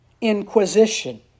inquisition